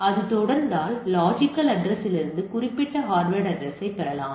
அது தொடர்ந்தால் லொஜிக்கல் அட்ரஸ்லிருந்து குறிப்பிட்ட ஹார்ட்வர் அட்ரஸ்யைப் பெறலாம்